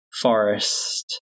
forest